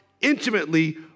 intimately